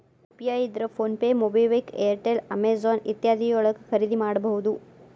UPI ಇದ್ರ PhonePe MobiKwik Airtel Amazon ಇತ್ಯಾದಿ ಯೊಳಗ ಖರಿದಿಮಾಡಬಹುದು